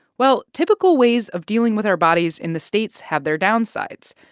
well, typical ways of dealing with our bodies in the states have their downsides.